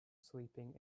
sleeping